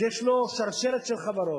שיש לו שרשרת של חברות.